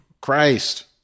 Christ